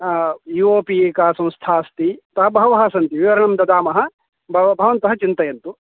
U O P एका संस्था अस्ति अतः बहवः सन्ति विवरणं ददामः भव भवन्तः चिन्तयन्तु